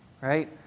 right